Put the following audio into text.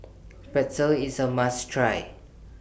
Pretzel IS A must Try